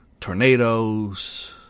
tornadoes